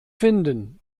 finden